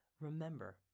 remember